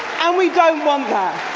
and we don't want that!